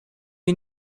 you